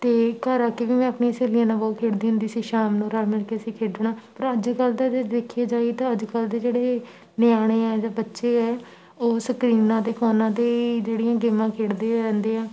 ਅਤੇ ਘਰ ਆ ਕੇ ਵੀ ਮੈਂ ਆਪਣੀ ਸਹੇਲੀਆਂ ਨਾਲ ਬਹੁਤ ਖੇਡਦੀ ਹੁੰਦੀ ਸੀ ਸ਼ਾਮ ਨੂੰ ਰਲ ਮਿਲ ਕੇ ਅਸੀਂ ਖੇਡਣਾ ਪਰ ਅੱਜ ਕੱਲ੍ਹ ਦਾ ਦੇਖਿਆ ਜਾਏ ਤਾਂ ਅੱਜ ਕੱਲ੍ਹ ਦੇ ਜਿਹੜੇ ਨਿਆਣੇ ਆ ਜਾਂ ਬੱਚੇ ਹੈ ਉਹ ਸਕਰੀਨਾਂ 'ਤੇ ਫੋਨਾਂ 'ਤੇ ਜਿਹੜੀਆਂ ਗੇਮਾਂ ਖੇਡਦੇ ਰਹਿੰਦੇ ਆ